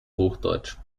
hochdeutsch